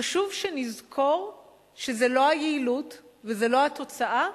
חשוב שנזכור שזה לא היעילות וזה לא התוצאה,